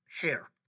Hair